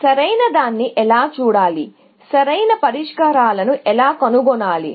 సరైనదాన్ని ఎలా చూడాలి సరైన పరిష్కారాలను ఎలా కనుగొనాలి